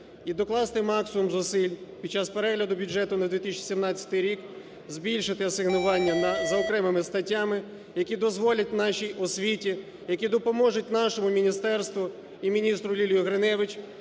і докласти максимум зусиль під час перегляду бюджету на 2017 рік збільшити асигнування за окремими статтями, які дозволять нашій освіті, які допоможуть нашому міністерству і міністру Лілії Гриневич